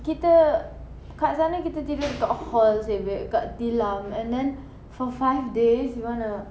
kita kat sana kita tinggal kat hall seh babe kat tilam and then for five days you wanna